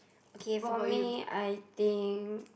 okay for me I think